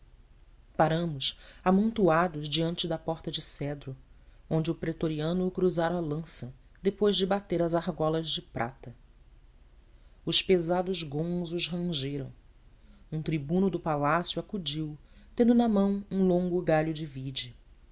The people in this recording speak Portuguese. paramos amontoados diante da porta de cedro onde o pretoriano cruzara a lança depois de bater as argolas de prata os pesados gonzos rangeram um tribuno do palácio acudiu tendo na mão um longo galho